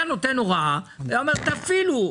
היה נותן הוראה ואומר: תפעילו.